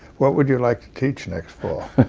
what would you like to teach next fall?